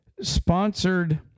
sponsored